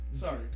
Sorry